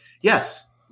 yes